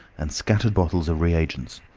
and scattered bottles of reagents.